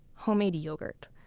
homemade yogurt.